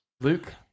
Luke